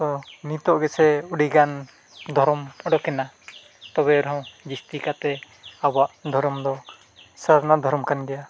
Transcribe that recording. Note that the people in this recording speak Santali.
ᱛᱚ ᱱᱤᱛᱜ ᱜᱮᱥᱮ ᱟᱹᱰᱤᱜᱟᱱ ᱫᱷᱚᱨᱚᱢ ᱩᱰᱩᱠᱮᱱᱟ ᱛᱚᱵᱮ ᱨᱮᱦᱚᱸ ᱡᱟᱹᱥᱛᱤ ᱠᱟᱛᱮᱫ ᱟᱵᱚᱣᱟᱜ ᱫᱷᱚᱨᱚᱢ ᱫᱚ ᱥᱟᱨᱱᱟ ᱫᱷᱚᱨᱚᱢ ᱠᱟᱱ ᱜᱮᱭᱟ